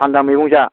थान्दा मैगं जा